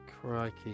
Crikey